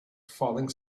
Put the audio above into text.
falling